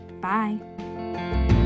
bye